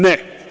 Ne!